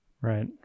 Right